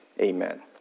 amen